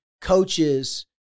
coaches